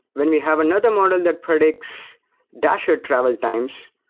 when we have another model that predicts dasher travel times,